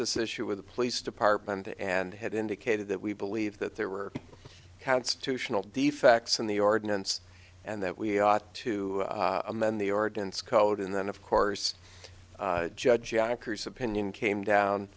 this issue with the police department and had indicated that we believe that there were constitutional defects in the ordinance and that we ought to amend the ordinance code and then of course judge yonkers opinion came down